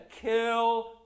kill